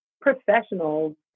professionals